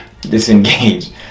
Disengage